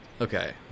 okay